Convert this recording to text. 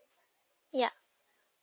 yup